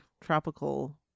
tropical